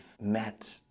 met